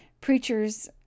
preachers